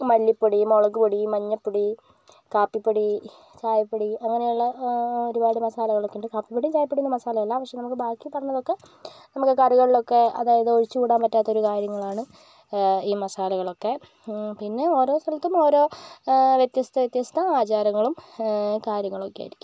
മല്ലിപ്പൊടി മുളകുപൊടി മഞ്ഞൾപ്പൊടി കാപ്പിപൊടി ചായപ്പൊടി അങ്ങനെയുള്ള ഒരുപാട് മസാലകൾ ഒക്കെയുണ്ട് കാപ്പിപ്പൊടി ചായപ്പൊടി ഒന്നും മസാല അല്ല പക്ഷേ നമുക്ക് ബാക്കി പറഞ്ഞതൊക്കെ നമുക്ക് കറികളിൽ ഒക്കെ അതായത് ഒഴിച്ചുകൂടാൻ പറ്റാത്തൊരു കാര്യങ്ങളാണ് ഈ മസാലകളൊക്കെ ഓരോ സ്ഥലത്തും ഓരോ വ്യത്യസ്ത വ്യത്യസ്ത ആചാരങ്ങളും കാര്യങ്ങളൊക്കെ ആയിരിക്കും